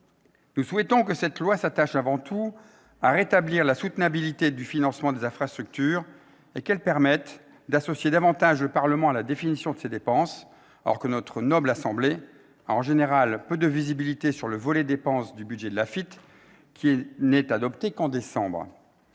Nous souhaitons que cette loi tende avant tout à rétablir la soutenabilité du financement des infrastructures et qu'elle permette d'associer davantage le Parlement à la définition de ces dépenses, alors que notre noble assemblée a, en général, peu de visibilité sur le volet « dépenses » du budget de l'AFITF, qui n'est adopté qu'en décembre.